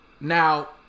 now